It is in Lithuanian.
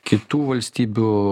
kitų valstybių